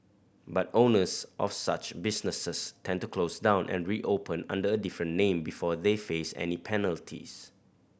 but owners of such businesses tend to close down and reopen under a different name before they face any penalties